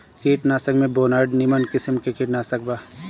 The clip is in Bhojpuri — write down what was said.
कीटनाशक में बोनाइड निमन किसिम के कीटनाशक बा